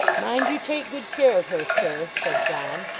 mind you take good care of her, sir said john,